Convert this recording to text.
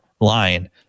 line